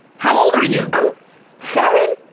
how old are you? i'm seven.